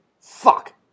Fuck